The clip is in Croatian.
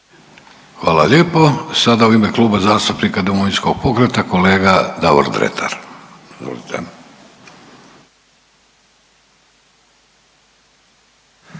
Hvala lijepo. Sada u ime Kluba zastupnika Domovinskog pokreta kolega Davor Dretar.